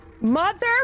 Mother